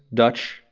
dutch,